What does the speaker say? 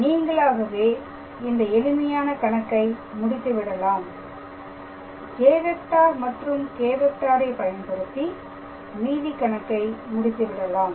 நீங்களாகவே இந்த எளிமையான கணக்கை முடித்துவிடலாம் j மற்றும் k பயன்படுத்தி மீதி கணக்கை முடித்துவிடலாம்